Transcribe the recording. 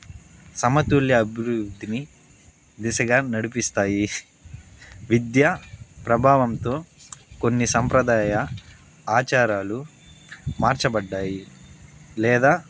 సమతుల్య అభివృద్దిని దిశగా నడిపిస్తాయి విద్య ప్రభావంతో కొన్ని సంప్రదాయ ఆచారాలు మార్చబడ్డాయి లేదా